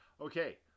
Okay